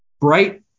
bright